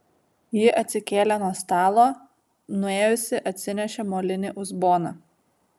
ji atsikėlė nuo stalo nuėjusi atsinešė molinį uzboną